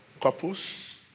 couples